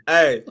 Hey